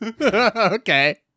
okay